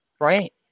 Right